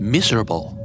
Miserable